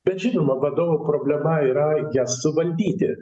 bet žinoma vadovų problema yra jas suvaldyti